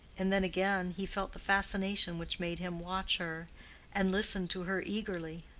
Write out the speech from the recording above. and then again he felt the fascination which made him watch her and listen to her eagerly.